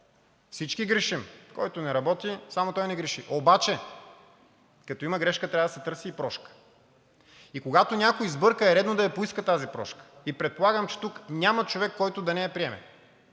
всички грешим. Който не работи, само той не греши. Обаче като има грешка, трябва да се търси и прошка. И когато някой сбърка, е редно да я поиска тази прошка. И предполагам, че тук няма да има човек, който да не я приеме.